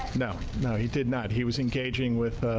now know he did not. he was engaging with